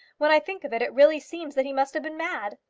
when i think of it it really seems that he must have been mad.